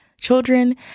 children